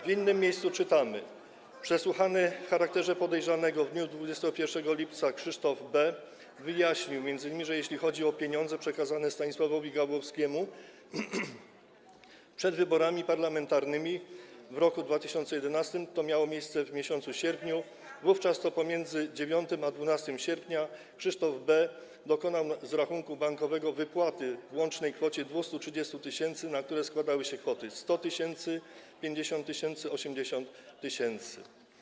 W innym miejscu czytamy: Przesłuchany w charakterze podejrzanego w dniu 21 lipca Krzysztof B. wyjaśnił m.in., że jeśli chodzi o pieniądze przekazane Stanisławowi Gawłowskiemu przed wyborami parlamentarnymi w roku 2011, co miało miejsce w sierpniu, wówczas to pomiędzy 9 a 12 sierpnia Krzysztof B. dokonał z rachunku bankowego wypłaty w łącznej kwocie 230 tys., na którą składały się kwoty 100 tys., 50 tys. i 80 tys.